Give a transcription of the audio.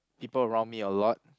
people around me a lot